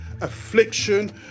affliction